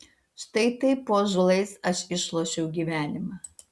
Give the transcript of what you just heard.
štai taip po ąžuolais aš išlošiau gyvenimą